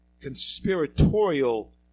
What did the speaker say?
conspiratorial